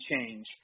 change